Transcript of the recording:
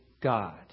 God